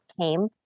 came